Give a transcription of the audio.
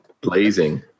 Blazing